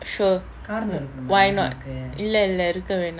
sure why not இல்ல இல்ல இருக்க வேணா:illa illa iruka venaa